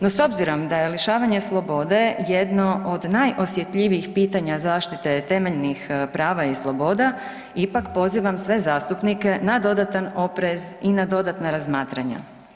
No s obzirom da je lišavanje slobode jedno od najosjetljivijih pitanja zaštite temeljnih prava i sloboda ipak pozivam sve zastupnike na dodatan oprez i na dodatna razmatranja.